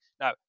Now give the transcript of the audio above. now